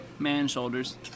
Man-shoulders